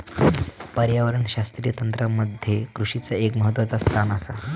पर्यावरणशास्त्रीय तंत्रामध्ये कृषीचा एक महत्वाचा स्थान आसा